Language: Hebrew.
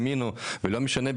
האמינו ולא משנה,